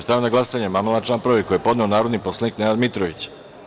Stavljam na glasanje amandman na član 2. koji je podneo narodni poslanik Nenad Mitrović.